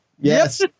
Yes